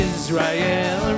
Israel